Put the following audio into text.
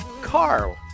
Carl